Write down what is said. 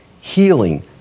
healing